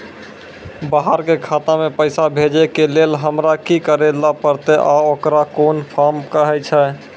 बाहर के खाता मे पैसा भेजै के लेल हमरा की करै ला परतै आ ओकरा कुन फॉर्म कहैय छै?